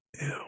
Ew